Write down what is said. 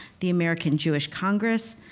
the american jewish congress,